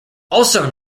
also